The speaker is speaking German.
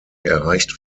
erreicht